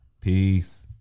Peace